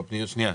שנייה,